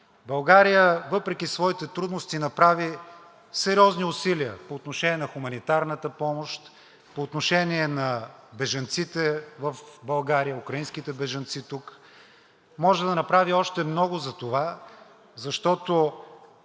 България въпреки своите трудности направи сериозни усилия по отношение на хуманитарната помощ, по отношение на бежанците в България, украинските бежанци тук, може да направи още много за това, защото